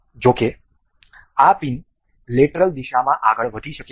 જો કે આ પિન લેટરલ દિશામાં આગળ વધી શકે છે